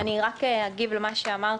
אגיב על מה שאמרת,